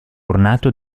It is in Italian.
ornato